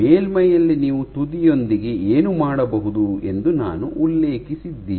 ಮೇಲ್ಮೈಯಲ್ಲಿ ನೀವು ತುದಿಯೊಂದಿಗೆ ಏನು ಮಾಡಬಹುದು ಎಂದು ನಾನು ಉಲ್ಲೇಖಿಸಿದ್ದೀನಿ